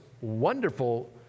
wonderful